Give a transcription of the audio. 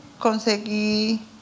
conseguí